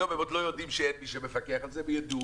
היום הם עוד לא יודעים שאין מי שמפקח על זה אבל הם יידעו.